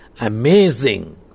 amazing